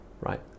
right